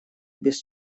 без